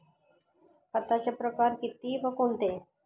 खताचे प्रकार किती व कोणते?